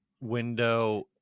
window